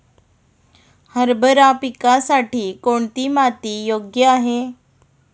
हरभरा पिकासाठी कोणती माती योग्य आहे?